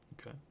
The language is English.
Okay